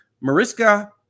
Mariska